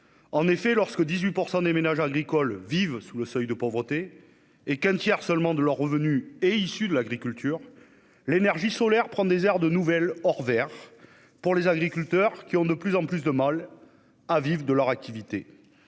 En effet, alors que 18 % des ménages agricoles vivent sous le seuil de pauvreté et qu'un tiers seulement de leurs revenus est issu de l'agriculture, l'énergie solaire prend des airs de nouvel or vert pour des agriculteurs qui ont de plus en plus de mal à vivre de leur activité.